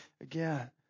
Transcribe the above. again